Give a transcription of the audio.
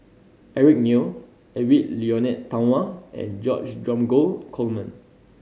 Eric Neo Edwy Lyonet Talma and George Dromgold Coleman